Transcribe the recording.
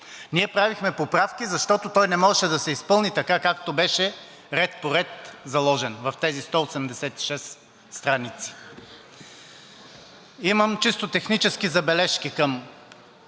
на предишния договор, защото той не можеше да се изпълни така, както беше ред по ред, заложен в тези 186 страници. Имам чисто технически забележки,